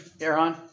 Aaron